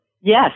Yes